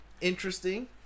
Interesting